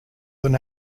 than